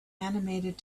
animated